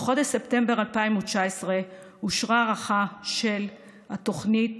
בחודש ספטמבר 2019 אושרה הארכה של התוכנית